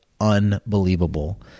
unbelievable